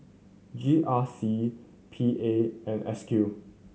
G R C P A and S Q